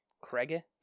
Craigie